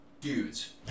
dudes